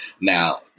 Now